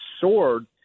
soared